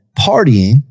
partying